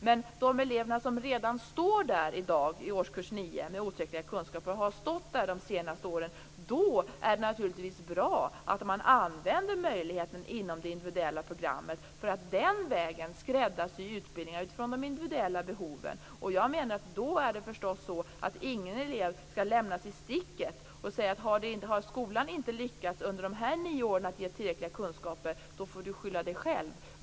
För de elever som i dag står där i årskurs nio med otillräckliga kunskaper, och har stått där de senaste åren, är det naturligtvis bra att man använder möjligheten inom det individuella programmet för att den vägen skräddarsy utbildningar utifrån de individuella behoven. Jag menar att då får förstås ingen elev lämnas i sticket så att man säger att om inte skolan har lyckats att ge tillräckliga kunskaper under nio år får du skylla dig själv.